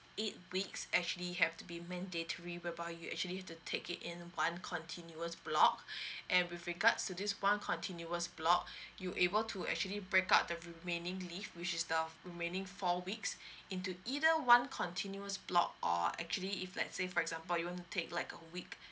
eight weeks actually have to be mandatory whereby you actually have to take it in one continuous block and with regards to this one continuous block you able to actually break up the remaining leave which is the remaining four weeks into either one continuous block or actually if let's say for example you want to take like a week